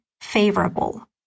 favorable